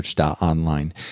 Online